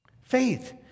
Faith